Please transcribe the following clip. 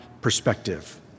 perspective